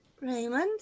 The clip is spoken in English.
Raymond